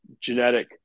genetic